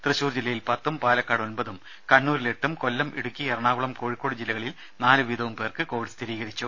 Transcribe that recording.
തൃശൂർ ജില്ലയിൽ പത്തും പാലക്കാട് ഒൻപതും കണ്ണൂരിൽ എട്ടും കൊല്ലം ഇടുക്കി എറണാകുളം കോഴിക്കോട് ജില്ലകളിൽ നാലുവീതവും പേർക്ക് കോവിഡ് സ്ഥിരീകരിച്ചു